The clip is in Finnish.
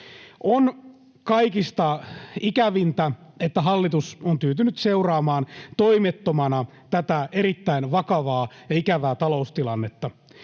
On kaikista ikävintä, että hallitus on tyytynyt seuraamaan toimettomana tätä erittäin vakavaa ja ikävää taloustilannetta.